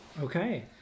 Okay